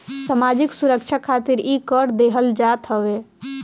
सामाजिक सुरक्षा खातिर इ कर देहल जात हवे